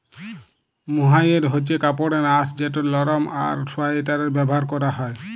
mohair হছে কাপড়ের আঁশ যেট লরম আর সোয়েটারে ব্যাভার ক্যরা হ্যয়